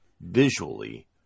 visually